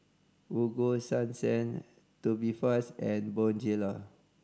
Ego Sunsense Tubifast and Bonjela